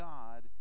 God